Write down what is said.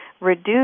reduce